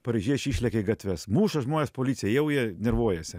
paryžiečiai išlekia į gatves muša žmones policija jau jie nervuojasi